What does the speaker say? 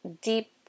deep